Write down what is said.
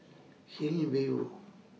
Hillview